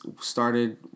started